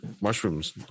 mushrooms